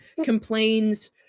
complains